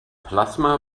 plasma